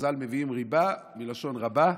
חז"ל מביאים ריבה מלשון "רבה",